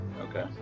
Okay